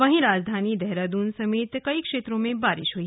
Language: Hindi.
वहीं राजधानी देहरादून समेत कई क्षेत्रों में बारिश हुई